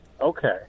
okay